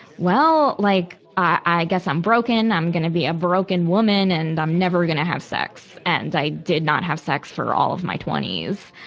well, like, i guess i'm broken. i'm gonna be a broken woman. and i'm never gonna have sex. and i did not have sex for all of my twenty s.